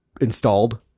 installed